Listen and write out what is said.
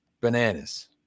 bananas